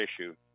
issue